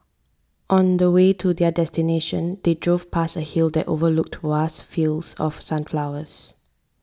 on the way to their destination they drove past a hill that overlooked vast fields of sunflowers